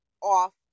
off